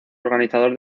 organizador